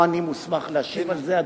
לא אני מוסמך להשיב על זה,